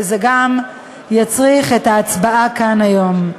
וזה גם יצריך את ההצבעה כאן היום.